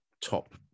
top